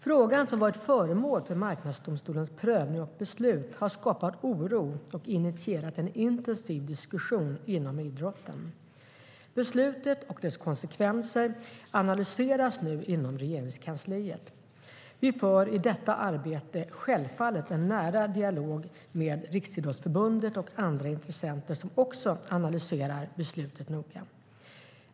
Frågan som varit föremål för Marknadsdomstolens prövning och beslut har skapat oro och initierat en intensiv diskussion inom idrotten. Beslutet och dess konsekvenser analyseras nu inom Regeringskansliet. Vi för i detta arbete självfallet en nära dialog med Riksidrottsförbundet och andra intressenter som också analyserar beslutet noga.